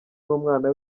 numwana